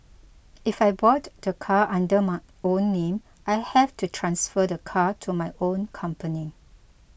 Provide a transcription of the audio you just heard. if I bought the car under my own name I have to transfer the car to my own company